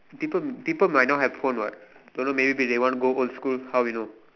people people might not have phone what don't know maybe they want go to school how you know